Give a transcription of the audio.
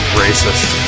racist